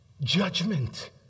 Judgment